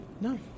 No